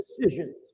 decisions